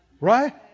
Right